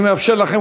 אני מאפשר לכם,